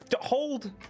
Hold